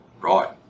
Right